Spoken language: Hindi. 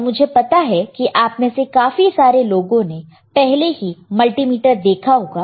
और मुझे पता है कि आप में से काफी सारे लोगों ने पहले ही मल्टीमीटर देखा होगा